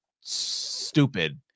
stupid